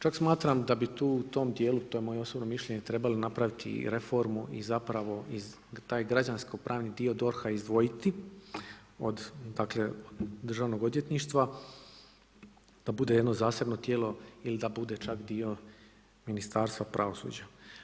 Čak smatram da bi tu u tom djelu, to je moje osobno mišljenje, trebali napraviti reformu i zapravo taj građansko-pravni dio DORH-a izdvojiti od državnog odvjetništva da bude jedno zasebno tijelo ili da bude čak dio Ministarstva pravosuđa.